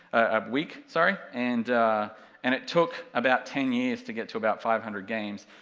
a week sorry, and and it took about ten years to get to about five hundred games,